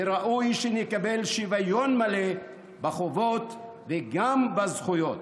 וראוי שנקבל שוויון מלא בחובות וגם בזכויות.